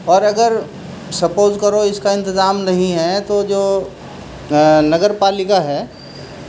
اور اگر سپوز کرو اس کا انتظام نہیں ہے تو جو نگر پالکا ہے